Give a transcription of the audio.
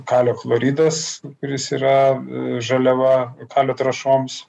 kalio chloridas kuris yra žaliava kalio trąšoms